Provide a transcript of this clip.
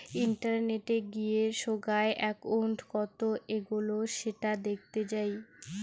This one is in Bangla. ইন্টারনেটে গিয়ে সোগায় একউন্ট কত এগোলো সেটা দেখতে যাই